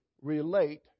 relate